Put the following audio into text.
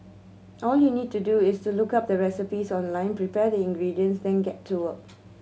all you need to do is to look up the recipes online prepare the ingredients then get to work